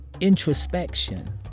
introspection